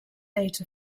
date